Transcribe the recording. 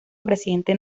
presidente